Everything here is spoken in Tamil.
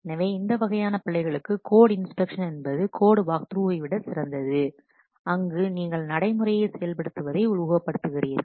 எனவே இந்த வகையான பிழைகளுக்கு கோட் இன்ஸ்பெக்ஷன் என்பது கோட் வாக்த்ரூவை விட சிறந்தது அங்கு நீங்கள் நடைமுறையை செயல்படுத்துவதை உருவகப்படுத்துகிறீர்கள்